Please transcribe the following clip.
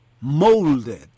molded